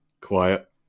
Quiet